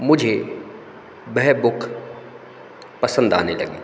मुझे वह बुक पसंद आने लगी